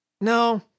No